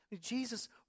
Jesus